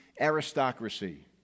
aristocracy